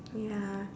ya